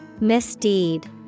Misdeed